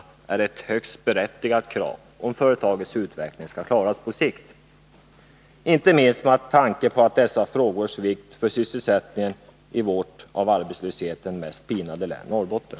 Detta är ett högst berättigat krav, om företagets utveckling skall klaras på sikt — inte minst med tanke på dessa frågors vikt för sysselsättningen i vårt av arbetslöshet mest pinade län, Norrbotten.